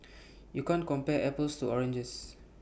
you can't compare apples to oranges